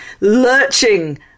lurching